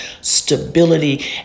stability